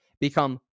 become